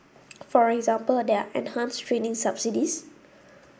for example there are enhanced training subsidies